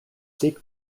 seek